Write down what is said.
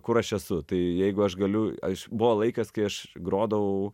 kur aš esu tai jeigu aš galiu aš buvo laikas kai aš grodavau